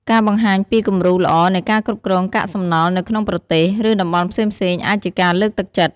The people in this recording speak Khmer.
ការបង្ហាញពីគំរូល្អនៃការគ្រប់គ្រងកាកសំណល់នៅក្នុងប្រទេស ឬតំបន់ផ្សេងៗអាចជាការលើកទឹកចិត្ត។